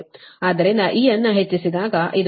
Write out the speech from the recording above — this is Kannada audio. ಆದ್ದರಿಂದe ಅನ್ನು ಹೆಚ್ಚಿಸಿದಾಗ ಇದು eαx ಸರಿನಾ